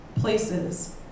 places